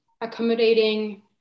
accommodating